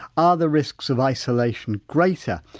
are the risks of isolation greater?